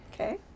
Okay